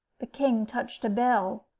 the king touched a bell.